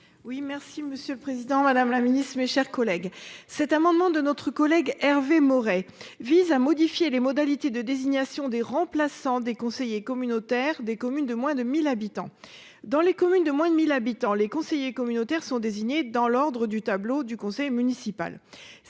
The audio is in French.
Oui, merci Monsieur le Président Madame la Ministre, mes chers collègues. Cet amendement de notre collègue Hervé Maurey vise à modifier les modalités de désignation des remplaçants des conseillers communautaires des communes de moins de 1000 habitants dans les communes de moins de 1000 habitants, les conseillers communautaires sont désignés dans l'Ordre du tableau du conseil municipal.